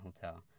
hotel